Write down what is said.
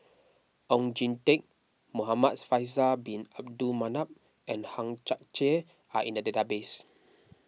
Oon Jin Teik Muhamad Faisal Bin Abdul Manap and Hang Chang Chieh are in the database